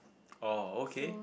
oh okay